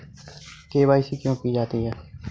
KYC क्यों की जाती है?